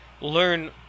learn